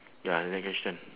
ya another question